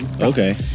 Okay